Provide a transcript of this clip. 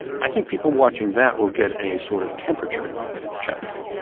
i think people watching that will get a sort of temperature check